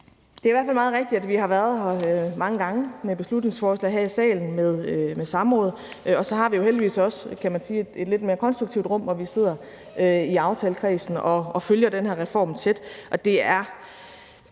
Det er i hvert fald meget rigtigt, at vi har været her mange gange i forbindelse med beslutningsforslag her i salen og samråd, og så har vi jo heldigvis også et lidt mere konstruktivt rum, kan man sige, hvor vi sidder i aftalekredsen og følger den her reform tæt.